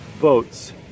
Boats